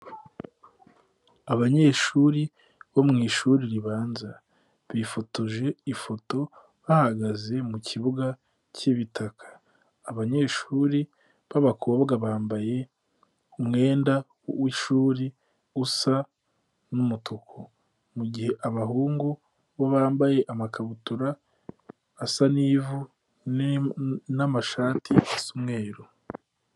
Abanyeshuri bo mwishuri ribanza, bifotoje ifoto bahagaze mukibuga cyibitaka, abanyeshuri babakobwa bambaye umwenda w'ishuri usa numutuku, mugihe abahungu bo bambaye amakabutura asa nivu n'amashati asa umweruru.